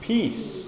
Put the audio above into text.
Peace